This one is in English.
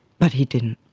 but he didn't.